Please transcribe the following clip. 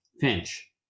Finch